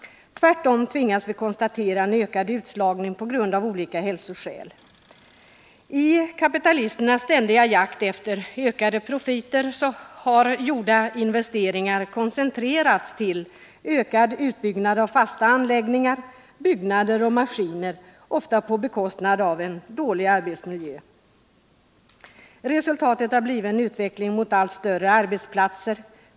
Tvärtom tvingas vi konstatera en ökad utslagning av olika hälsoskäl. I kapitalisternas ständiga jakt efter ökade profiter har gjorda investeringar koncentrerats till ökad utbyggnad av fasta anläggningar, byggnader och maskiner, ofta till priset av en dålig arbetsmiljö. Resultatet har blivit en utveckling mot allt större arbetsplatser.